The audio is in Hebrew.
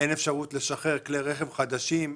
אין אפשרות לשחרר כלי רכב חדשים,